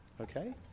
okay